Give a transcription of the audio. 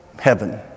heaven